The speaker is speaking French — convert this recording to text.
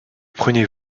prenez